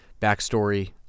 backstory